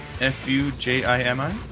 F-U-J-I-M-I